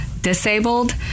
disabled